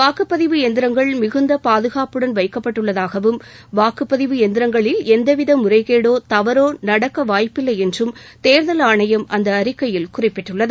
வாக்குப்பதிவு இயந்திரங்கள் மிகுந்த பாதுகாப்புடன் வைக்கப்பட்டு உள்ளதாகவும் வாக்குப்பதிவு இயந்திரங்களில் எந்தவித முறைகேடோ தவறோ நடக்க வாய்ப்பில்லை என்றும் தேர்தல் ஆணையம் அந்த அறிக்கையில் குறிப்பிட்டுள்ளது